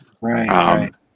right